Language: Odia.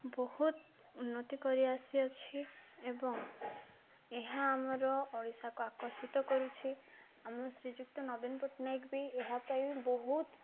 ବହୁତ ଉନ୍ନତି କରିଆସିଅଛି ଏବଂ ଏହା ଆମର ଓଡ଼ିଶାକୁ ଆକର୍ଷିତ କରୁଛି ଆମର ଶ୍ରୀଯୁକ୍ତ ନବୀନ ପଟ୍ଟନାୟକ ବି ଏହା ପାଇଁ ବି ବହୁତ